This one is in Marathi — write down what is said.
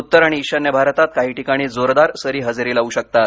उत्तर आणि इशान्य भारतात काही ठिकाणी जोरदार सरी हजेरी लावू शकतात